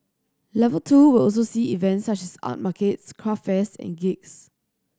level two will also see events such as art markets craft fairs and gigs